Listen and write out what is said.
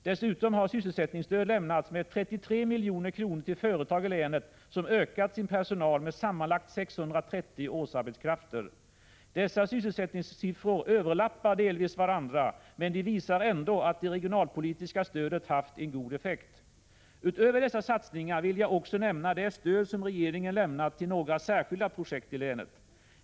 Dessutom har sysselsättningsstöd lämnats med 33 milj.kr. till företag i länet som ökat sin personal med sammanlagt 630 årsarbetskrafter. Dessa sysselsättningssiffror överlappar delvis varandra, men de visar ändå att det regionalpolitiska stödet haft en god effekt. Utöver dessa satsningar vill jag också nämna det stöd som regeringen lämnat till några särskilda projekt i länet.